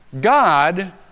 God